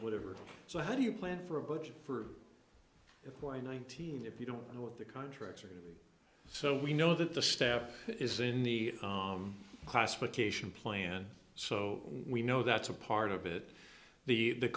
whatever so how do you plan for a budget for it why nineteen if you don't know what the contracts are going to be so we know that the staff is in the classification plan so we know that's a part of it the